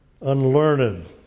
unlearned